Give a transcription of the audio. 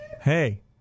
hey